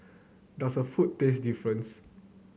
does her food taste difference